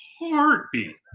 heartbeat